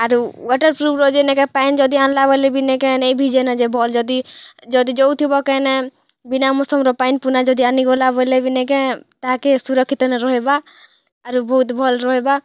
ଆରୁ ୱାଟର୍ ପ୍ରୁଫ୍ର ଯେ ନି କାଏଁ ପ୍ୟାଣ୍ଟ୍ ଯଦି ଆଣ୍ଲାବେଲେ ବି ନେଇ କି ନେଇ ଭିଜେ ନା ଯେ ଭଲ୍ ଯଦି ଯଦି ଦେଉଥିବ କାଇଁ ନା ବିନା ମୌସମ୍ର ପ୍ୟାଣ୍ଟ୍ ପୁର୍ନା ଯଦି ଆଣିଗଲା ବେଲେ ନି କାଏଁ ତା'କେ ସୁରକ୍ଷିତ ରହେବା ଆରୁ ବହୁତ୍ ଭଲ୍ ରହେବା